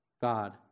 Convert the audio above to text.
God